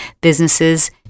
businesses